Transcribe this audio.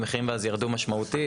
המחירים מאז ירדו משמעותית.